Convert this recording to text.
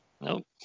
Nope